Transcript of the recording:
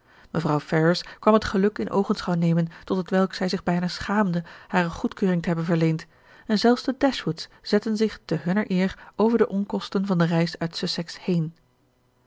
mevrouw ferrars kwam het geluk in oogenschouw nemen tot hetwelk zij zich bijna schaamde hare goedkeuring te hebben verleend en zelfs de dashwoods zetten zich te hunner eer over de onkosten van de reis uit sussex heen